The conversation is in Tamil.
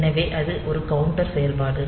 எனவே அது ஒரு கவுண்டர் செயல்பாடு